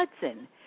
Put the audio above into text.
Hudson